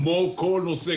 כמו כל נושא,